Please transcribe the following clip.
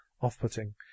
off-putting